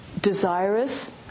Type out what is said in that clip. desirous